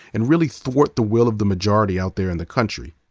and really thwarts the will of the majority out there in the country,